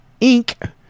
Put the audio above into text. Inc